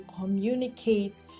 communicate